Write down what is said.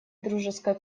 дружеской